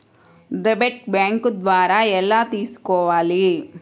Debit bank ద్వారా ఎలా తీసుకోవాలి?